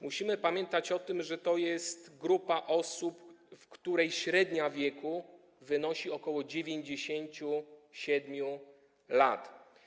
Musimy pamiętać o tym, że jest to grupa osób, w której średnia wieku wynosi ok. 97 lat.